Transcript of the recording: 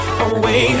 away